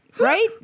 right